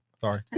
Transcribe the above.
Sorry